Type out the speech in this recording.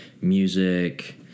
music